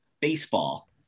baseball